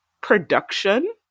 production